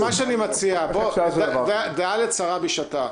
מה שאני מציע, דיה לצרה בשעתה.